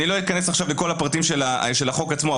אני לא אכנס עכשיו לכל הפרטים של החוק עצמו,